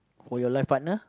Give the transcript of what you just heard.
for your life partner